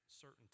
certain